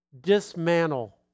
Dismantle